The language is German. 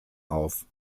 auf